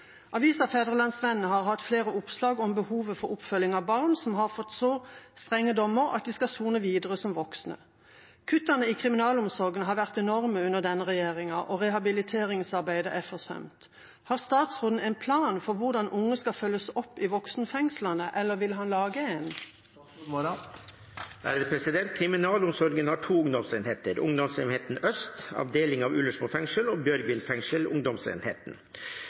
Fædrelandsvennen har hatt flere oppslag om behovet for oppfølging av barn som har fått så strenge dommer at de skal sone videre som voksne. Kuttene i kriminalomsorgen har vært enorme under denne regjeringen, og rehabiliteringsarbeidet er forsømt. Har statsråden en plan for hvordan unge skal følges opp i voksenfengslene, eller vil han lage en?» Kriminalomsorgen har to ungdomsenheter, Ungdomsenhet øst, avdeling av Ullersmo fengsel, og Bjørgvin fengsel, Ungdomsenheten.